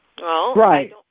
Right